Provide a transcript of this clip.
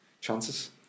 chances